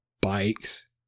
bikes